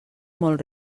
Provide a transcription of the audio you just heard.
molt